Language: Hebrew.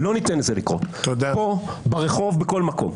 -- לא ניתן לזה לקרות פה, ברחוב, בכל מקום.